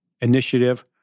initiative